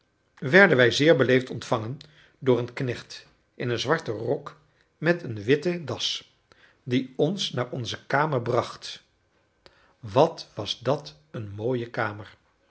werden wij zeer beleefd ontvangen door een knecht in een zwarten rok met eene witte das die ons naar onze kamer bracht wat was dat eene mooie kamer